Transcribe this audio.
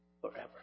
forever